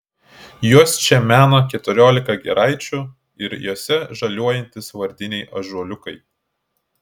juos čia mena keturiolika giraičių ir jose žaliuojantys vardiniai ąžuoliukai